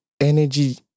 energy